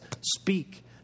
speak